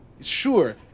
sure